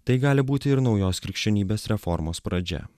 tai gali būti ir naujos krikščionybės reformos pradžia